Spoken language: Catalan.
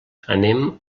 anem